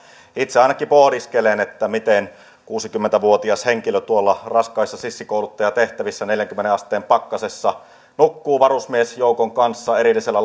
itse ainakin pohdiskelen että jos kuusikymmentä vuotias henkilö tuolla raskaissa sissikouluttajatehtävissä neljäänkymmeneen asteen pakkasessa nukkuu varusmiesjoukon kanssa erillisellä